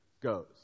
goes